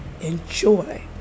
enjoy